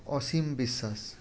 অসীম বিশ্বাস